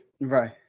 Right